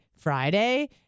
Friday